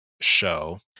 show